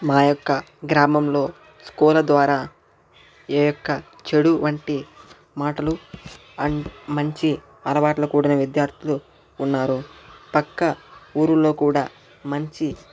మా యొక్క గ్రామంలో స్కూళ్ళ ద్వారా ఏ యొక్క చెడు వంటి మాటలు అండ్ మంచి అలవాట్లు కూడిన విద్యార్థులు ఉన్నారు పక్క ఊళ్ళో కూడా మంచి